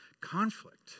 conflict